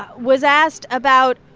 ah was asked about,